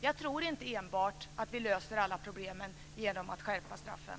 Jag tror inte att vi löser alla problem enbart genom att skärpa straffen.